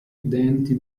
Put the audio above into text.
denti